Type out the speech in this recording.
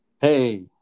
Hey